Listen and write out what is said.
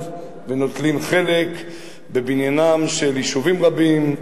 ונוטלים חלק בבניינם של יישובים רבים,